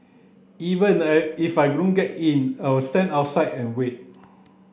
even I if I don't get in I'll stand outside and wait